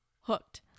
hooked